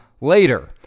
later